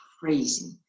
crazy